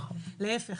להפך,